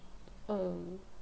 err